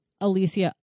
Alicia